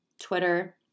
Twitter